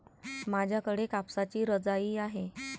माझ्याकडे कापसाची रजाई आहे